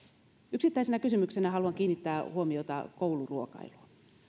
yksittäisenä kysymyksenä haluan kiinnittää huomiota kouluruokailuun